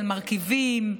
על מרכיבים,